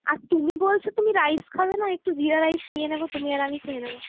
আর তুমি বলছো তুমি রাইস খাবে না একটু জীরা রাইস নিয়ে নেবো একটু তুমি আর আমি খেয়ে নেবো